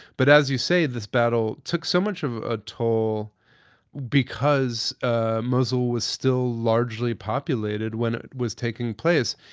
but as you say, this battle took so much of a toll because ah mosul was still largely populated when it was taking place.